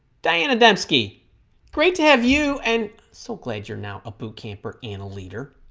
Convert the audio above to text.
diana demske great to have you and so glad you're now a boot camp or an a leader